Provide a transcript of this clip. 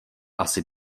asi